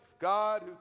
God